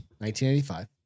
1985